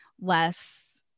less